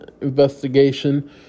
investigation